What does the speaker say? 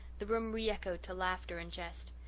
the room re-echoed to laughter and jest.